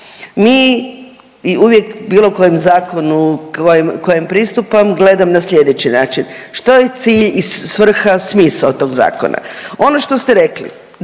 mi i uvijek bilo koje zakonu kojem pristupam gledam na slijedeći način. Što je cilj i svrha, smisao tog zakona. Ono što ste rekli,